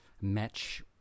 match